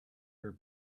her